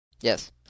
Yes